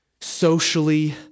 socially